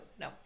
No